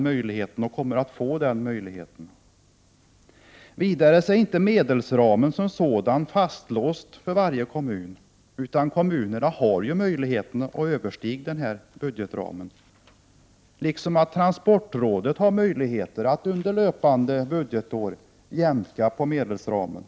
Medelsramen är vidare inte fastlåst inom resp. kommun, utan kommunerna har möjlighet att överskrida den. Likaså har transportrådet möjlighet att under löpande budgetår jämka medelsramen.